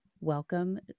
Welcome